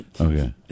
Okay